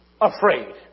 afraid